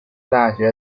大学